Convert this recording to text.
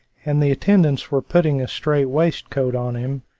and the attendants were putting a strait-waistcoat on him,